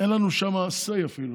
אין לנו שם אפילו say.